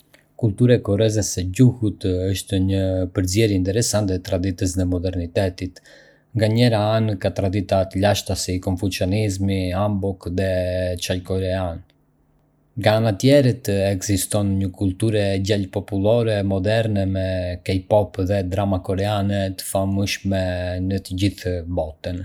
Kultura e Koresë së Jugut është një përzierje interesante e traditës dhe modernitetit. Nga njëra anë, ka tradita të lashta si Konfucianizmi, Hanbok dhe çaji korean. Nga ana tjetër, ekziston një kulturë e gjallë popullore moderne, me K-pop dhe drama koreane të famshme në të gjithë botën.